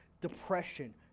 depression